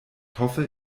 hoffe